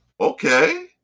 Okay